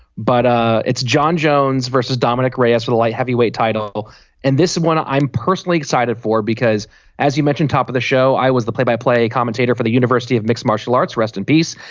but it's john jones versus dominic ray us for the light heavyweight title and this one i'm personally excited for because as you mentioned top of the show i was the play by play commentator for the university of mixed martial arts rest in peace.